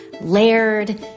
layered